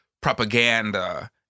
propaganda